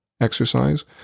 exercise